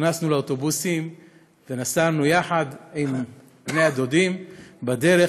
נכנסנו לאוטובוסים ונסענו יחד עם בני הדודים בדרך,